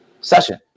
session